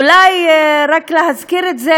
אולי רק להזכיר את זה,